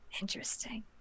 Interesting